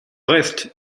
reste